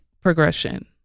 progression